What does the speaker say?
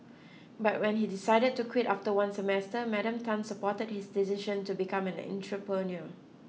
but when he decided to quit after one semester Madam Tan supported his decision to become an entrepreneur